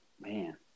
Man